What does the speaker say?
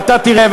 ואתה תראה,